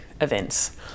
events